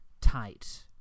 tight